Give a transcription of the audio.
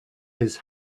his